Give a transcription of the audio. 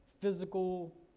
Physical